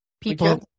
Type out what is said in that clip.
People